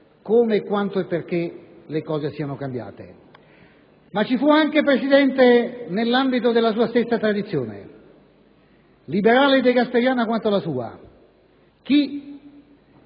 come, quanto e perché le cose siano cambiate. Ci fu anche chi, signor Presidente, nell'ambito della stessa tradizione liberale e degasperiana quanto la sua,